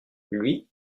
lui